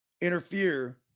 interfere